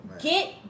get